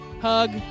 hug